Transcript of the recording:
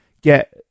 get